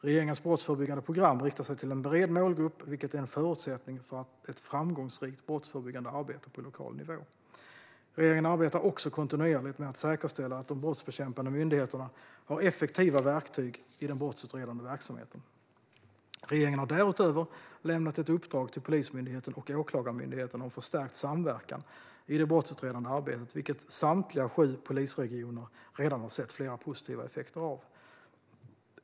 Regeringens brottsförebyggande program riktar sig till en bred målgrupp, vilket är en förutsättning för ett framgångsrikt brottsförebyggande arbete på lokal nivå. Regeringen arbetar också kontinuerligt med att säkerställa att de brottsbekämpande myndigheterna har effektiva verktyg i den brottsutredande verksamheten. Regeringen har därutöver lämnat ett uppdrag till Polismyndigheten och Åklagarmyndigheten om förstärkt samverkan i det brottsutredande arbetet, vilket samtliga sju polisregioner redan har sett flera positiva effekter av.